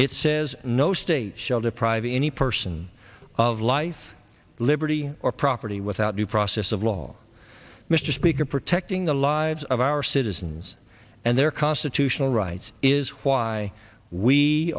it says no state shall deprive any person of life liberty or property without due process of law mr speaker protecting the lives of our citizens and their constitutional rights is why we